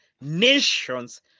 nations